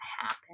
happen